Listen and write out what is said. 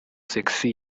sexy